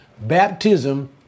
Baptism